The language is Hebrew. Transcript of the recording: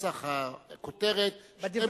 נוסח הכותרת שאתם כותבים,